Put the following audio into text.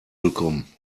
willkommen